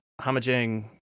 hamajang